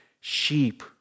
sheep